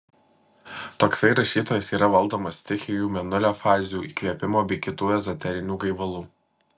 toksai rašytojas yra valdomas stichijų mėnulio fazių įkvėpimo bei kitų ezoterinių gaivalų